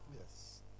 Yes